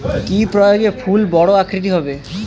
কি প্রয়োগে ফুল বড় আকৃতি হবে?